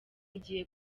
igiye